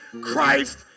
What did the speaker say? Christ